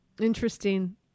Interesting